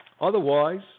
Otherwise